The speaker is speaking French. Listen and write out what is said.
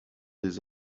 des